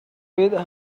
with